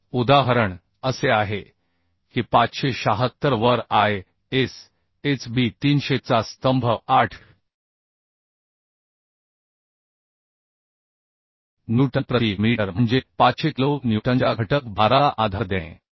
तर उदाहरण असे आहे की 576 वर ISHB 300 चा स्तंभ 8 न्यूटन प्रति मीटर म्हणजे 500 किलो न्यूटनच्या घटक भाराला आधार देणे